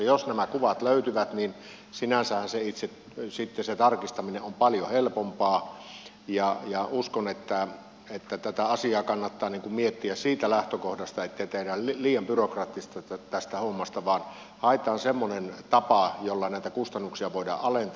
jos nämä kuvat löytyvät niin sinänsähän itse se tarkistaminen on paljon helpompaa ja uskon että tätä asiaa kannattaa miettiä siitä lähtökohdasta että ei tehdä liian byrokraattista tästä hommasta vaan haetaan semmoinen tapa jolla näitä kustannuksia voidaan alentaa